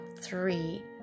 three